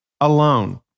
alone